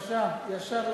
בבקשה, ישר לדוכן.